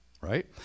right